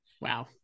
wow